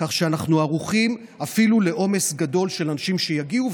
כך שאנחנו ערוכים אפילו לעומס גדול של אנשים שיגיעו,